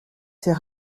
ses